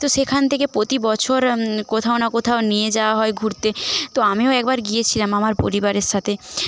তো সেখান থেকে প্রতি বছর কোথাও না কোথাও নিয়ে যাওয়া হয় ঘুরতে তো আমিও একবার গিয়েছিলাম আমার পরিবারের সাথে